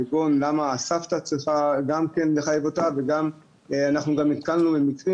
כגון למה צריך לחייב גם את הסבתא להחזיק מכשיר.